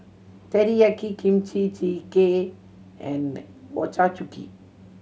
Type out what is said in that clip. Teriyaki Kimchi Jjigae and Ochazuke